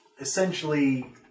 essentially